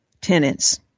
tenants